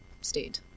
stayed